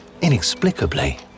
inexplicably